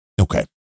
Okay